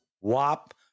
WAP